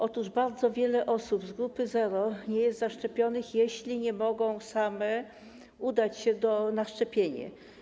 Otóż bardzo wiele osób z grupy zero nie zostało zaszczepionych, bo nie mogą same udać się na szczepienie.